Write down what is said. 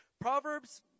Proverbs